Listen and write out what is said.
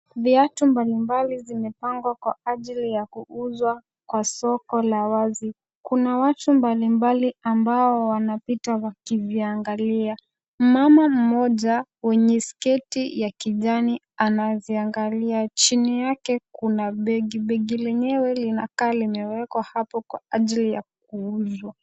Viatu mbalimbali zimepangwa kwa ajili ya kuuzwa kwa soko la wazi. Kuna watu mbalimbali ambao wanapita wakiviangalia. Mama mmoja mwenye sketi ya kijana anaziangalia, chini yake kuna begi, begi lenyewe linakaa limewekwa hapo kwa ajili ya kuuzwa.